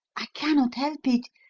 i cannot help it,